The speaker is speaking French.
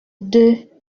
deux